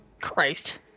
Christ